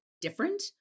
different